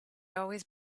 always